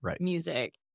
music